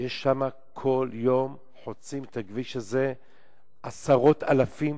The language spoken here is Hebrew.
כל יום חוצים את הכביש הזה עשרות אלפים,